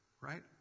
right